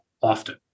often